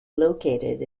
located